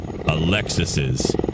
Alexis's